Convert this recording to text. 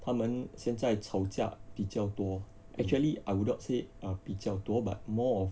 他们现在吵架比较多 actually I would not say err 比较多 but more